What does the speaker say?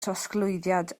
trosglwyddiad